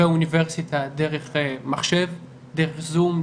באוניברסיטה דרך מחשב דרך זום,